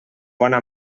bona